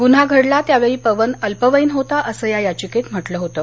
गुन्हा घडला त्यावेळी पवन अल्पवयीन होता असं या याचिकेत म्हटलं होतं